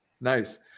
Nice